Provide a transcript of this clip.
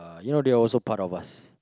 you know they're also part of us